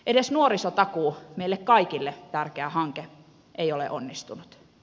edes nuorisotakuu meille kaikille tärkeä hanke ei ole onnistunut